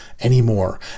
anymore